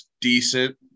decent